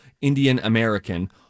Indian-American